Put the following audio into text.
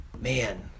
man